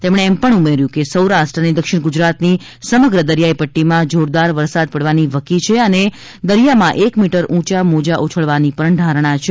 તેમણે ઉમેર્યું છે કે સૌરાષ્ટ્ર અને દક્ષિણ ગુજરાતની સમગ્ર દરિયાઇ પદ્દીમાં જોરદાર વરસાદ પડવાની વકી છે અને દરિયામાં એક મીટર ઉંચા મોજાં ઉછળવાની ધારણા છે